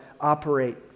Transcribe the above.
operate